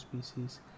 species